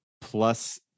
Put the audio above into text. plus